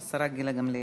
בבקשה, השרה גילה גמליאל.